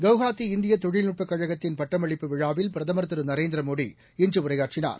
குவஹாத்தி இந்திய தொழில்நுட்பக் கழகத்தின் பட்டமளிப்பு விழாவில் பிரதமர் திரு நரேந்திரமோடி இன்று உரையாற்றுகிறார்